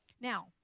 Now